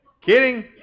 Kidding